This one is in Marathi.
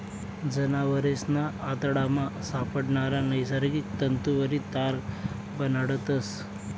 जनावरेसना आतडामा सापडणारा नैसर्गिक तंतुवरी तार बनाडतस